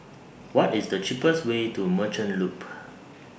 What IS The cheapest Way to Merchant Loop